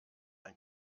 ein